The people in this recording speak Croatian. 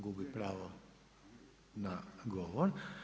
Gubi pravo na govor.